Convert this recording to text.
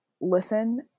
listen